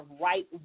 right